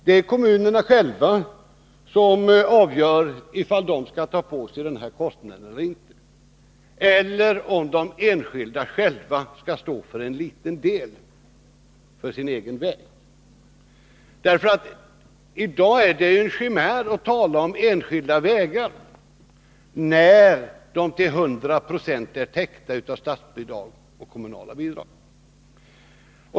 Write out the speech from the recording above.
Det är kommunerna själva som avgör ifall de skall ta på sig den här kostnaden eller inte och om den enskilde själv skall stå för en liten del av kostnaderna för sin egen väg. I dag är det en chimär att tala om enskilda vägar, när kostnaderna till 100 22 är täckta av statsbidrag och kommunala bidrag.